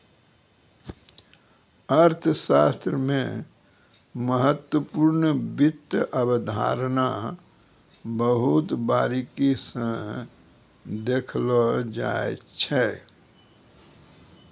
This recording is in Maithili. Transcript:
अर्थशास्त्र मे महत्वपूर्ण वित्त अवधारणा बहुत बारीकी स देखलो जाय छै